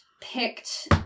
picked